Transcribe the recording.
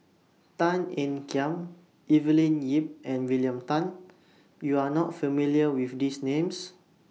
Tan Ean Kiam Evelyn Lip and William Tan YOU Are not familiar with These Names